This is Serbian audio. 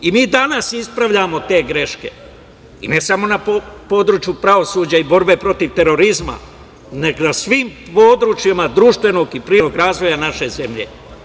I mi danas ispravljamo te greške, i ne samo na području pravosuđa i borbe protiv terorizma, već na svim područjima društvenog i privrednog razvoja naše zemlje.